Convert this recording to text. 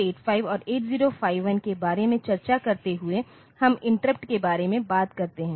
तो 8085 और 8051के बारे में चर्चा करते हुए हम इंटरप्ट के बारे में बात करते हैं